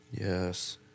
Yes